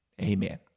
amen